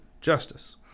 justice